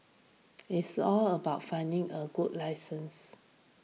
it's all about finding a good licence